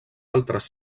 altres